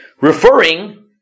referring